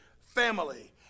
family